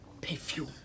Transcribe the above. perfume